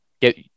Get